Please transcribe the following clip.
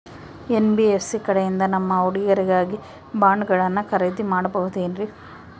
NBFC ಕಡೆಯಿಂದ ನಮ್ಮ ಹುಡುಗರಿಗಾಗಿ ಬಾಂಡುಗಳನ್ನ ಖರೇದಿ ಮಾಡಬಹುದೇನ್ರಿ?